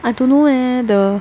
I don't know leh the